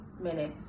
minutes